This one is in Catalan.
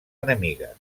enemigues